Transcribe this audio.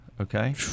okay